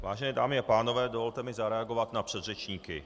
Vážené dámy a pánové, dovolte mi zareagovat na předřečníky.